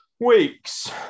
weeks